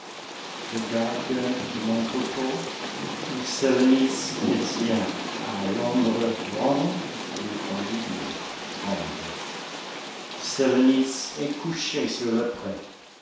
je garde mon troupeau et sélénis le sien à l'ombre ronde d'un olivier qui tremble sélénis est couchée sur le pré